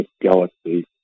galaxy